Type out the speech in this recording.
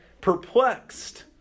perplexed